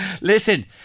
Listen